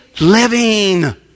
living